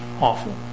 awful